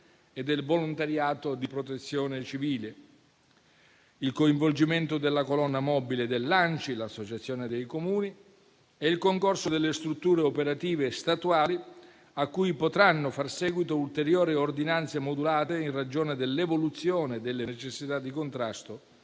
e del volontariato di protezione civile, il coinvolgimento della colonna mobile dell'Associazione nazionale Comuni italiani (ANCI) e il concorso delle strutture operative statuali, cui potranno far seguito ulteriori ordinanze modulate in ragione dell'evoluzione delle necessità di contrasto